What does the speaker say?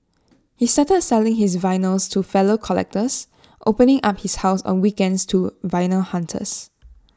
he started selling his vinyls to fellow collectors opening up his house on weekends to vinyl hunters